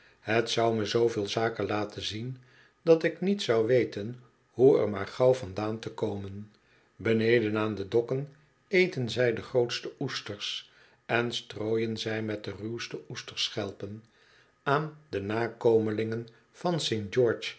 het zou me zooveel zaken laten zien dat ik niet zou weten hoe er maar gauw vandaan te komen beneden aan de dokken eten zij de grootste oesters en strooien zij met de ruwste oesterschelpen aan de nakomelingen van